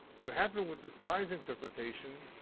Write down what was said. what happened with the spies' interpretation,